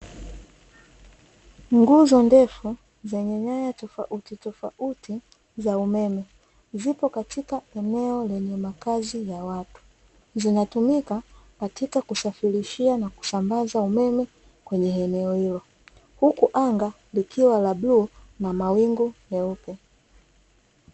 Nguzo ndefu zenye nyaya tofautitofauti za umeme, zipo katika eneo lenye makazi ya watu. Zinatumika katika kusafirishia na kusambaza umeme kwenye eneo hilo. Huku anga likiwa la bluu na mawingu meupe.